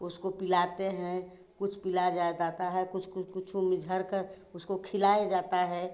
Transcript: उसको पिलाते हैं कुछ पिलाया जाता है कुछ कुछ कुछो में झरकर उसको खिलाया जाता है